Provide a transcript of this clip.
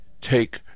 take